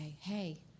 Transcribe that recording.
hey